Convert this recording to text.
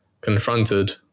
confronted